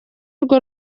rwe